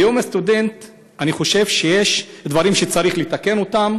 ביום הסטודנט אני חושב שיש דברים שצריך לתקן אותם.